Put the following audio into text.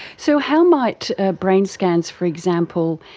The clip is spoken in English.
so how might ah brain scans, for example,